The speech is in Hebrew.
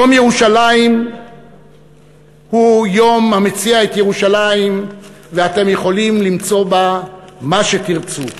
יום ירושלים הוא יום המציע את ירושלים ואתם יכולים למצוא בה מה שתרצו.